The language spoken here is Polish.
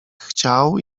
chciał